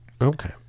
Okay